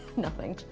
nothing.